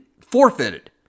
forfeited